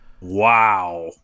Wow